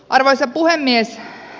arvoisa puhemies